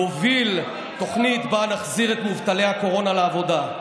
ויוביל תוכנית שבה נחזיר את מובטלי הקורונה לעבודה.